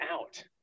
out